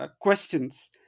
questions